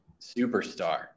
superstar